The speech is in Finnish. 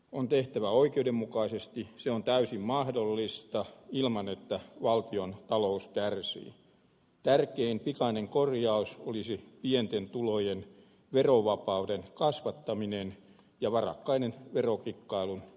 on tehtävä oikeudenmukaisesti on täysin mahdollista ilman että valtion talous kärsi käytiin pikainen korjaus olisi pienten tulojen verovapauden kasvattaminen ja varakkaiden verokikkailun